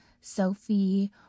Sophie